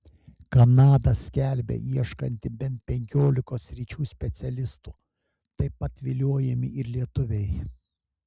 kanada skelbia ieškanti bent penkiolikos sričių specialistų taip pat viliojami ir lietuviai